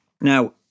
Now